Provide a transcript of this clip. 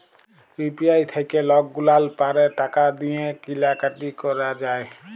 UPI থ্যাইকে লকগুলাল পারে টাকা দিঁয়ে কিলা কাটি ক্যরা যায়